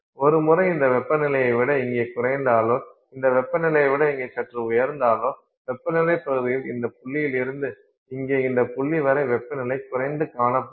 ஒருமுறை இந்த வெப்பநிலையை விட இங்கே குறைந்தாலோ இந்த வெப்பநிலையை விட இங்கே சற்று உயர்ந்தாலோ வெப்பநிலை பகுதியில் இந்த புள்ளியிலிருந்து இங்கே இந்த புள்ளிவரை வெப்பநிலை குறைந்து காணப்படும்